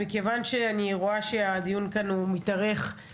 מכיוון שאני רואה שהדיון כאן מתארך,